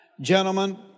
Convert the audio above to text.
Gentlemen